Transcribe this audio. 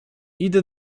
idę